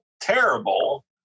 terrible